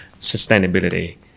sustainability